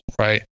right